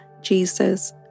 Jesus